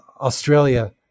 Australia